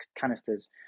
canisters